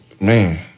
Man